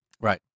Right